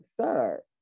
sir